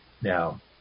Now